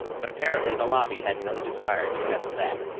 but apparently the lobby had no desire to test that.